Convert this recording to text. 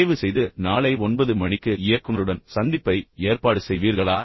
தயவு செய்து நாளை 9 மணிக்கு இயக்குனருடன் சந்திப்பை ஏற்பாடு செய்வீர்களா